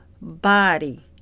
body